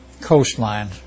coastline